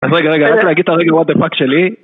רגע רגע רגע, אני הולך להגיד את הרגל וואט דה פאק שלי